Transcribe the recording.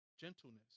gentleness